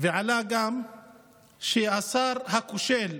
ועלה גם שהשר הכושל,